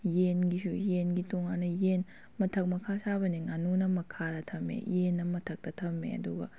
ꯌꯦꯟꯒꯤꯁꯨ ꯌꯦꯟꯒꯤ ꯇꯣꯡꯉꯥꯟꯅ ꯌꯦꯟ ꯃꯊꯛ ꯃꯈꯥ ꯁꯥꯕꯅꯦ ꯉꯥꯅꯨꯅ ꯃꯈꯥꯗ ꯊꯝꯃꯦ ꯌꯦꯟꯅ ꯃꯊꯛꯇ ꯊꯝꯃꯦ ꯑꯗꯨꯒ